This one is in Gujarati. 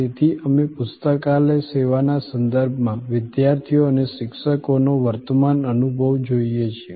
તેથી અમે પુસ્તકાલય સેવાના સંદર્ભમાં વિદ્યાર્થીઓ અને શિક્ષકોનો વર્તમાન અનુભવ જોઈએ છીએ